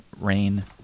rain